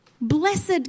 blessed